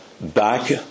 Back